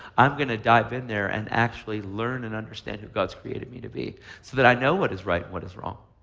i'm going to dive in there and actually learn and understand who gods created me to be so that i know what is right and what is wrong.